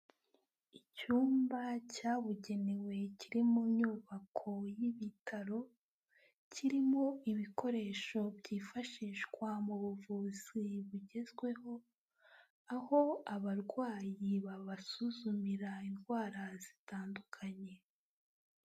Icyumba cyabugenewe kiri mu nyubako y'ibitaro, kirimo ibikoresho byifashishwa mu buvuzi bugezweho, aho abarwayi babasuzumira indwara zitandukanye.